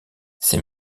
ces